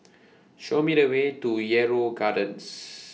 Show Me The Way to Yarrow Gardens